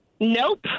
Nope